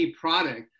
product